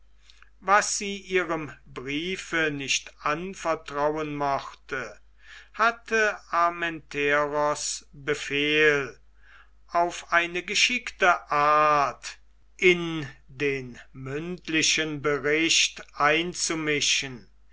was sie ihrem briefe nicht anvertrauen mochte hatte armenteros befehl auf eine geschickte art in den mündlichen bericht einzumischen